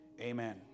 Amen